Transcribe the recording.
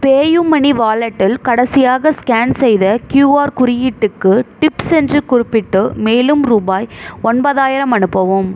PayUmoney வாலெட்டில் கடைசியாக scan செய்த கியூஆர் குறியீட்டுக்கு டிப்ஸ் என்று குறிப்பிட்டு மேலும் ரூபாய் ஒன்பதாயிரம் அனுப்பவும்